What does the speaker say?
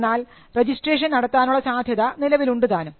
എന്നാൽ രജിസ്ട്രേഷൻ നടത്താനുള്ള സാധ്യത നിലവിലുണ്ടുതാനും